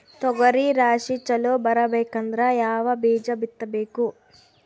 ತೊಗರಿ ರಾಶಿ ಚಲೋ ಬರಬೇಕಂದ್ರ ಯಾವ ಬೀಜ ಬಿತ್ತಬೇಕು?